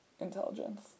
intelligence